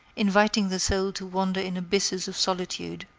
inviting the soul to wander in abysses of solitude.